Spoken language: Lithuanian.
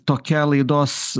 tokia laidos